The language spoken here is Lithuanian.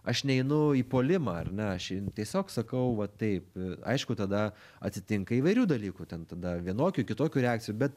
aš neinu į puolimą ar ne aš tiesiog sakau va taip aišku tada atsitinka įvairių dalykų ten tada vienokių kitokių reakcijų bet